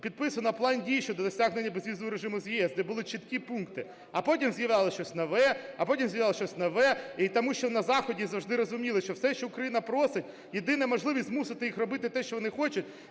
підписаний План дій щодо досягнення безвізового режиму з ЄС, де були чіткі пункти, а потім з'являлося щось нове, а потім з'являлося щось нове. Тому що на Заході завжди розуміли, що все, що Україна просить, єдина можливість змусити їх робити те, що вони хочуть,